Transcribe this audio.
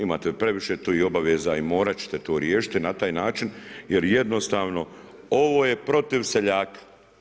Imate previše tu obaveza i morat ćete to riješiti na taj način jer jednostavno ovo je protiv seljaka.